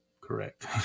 correct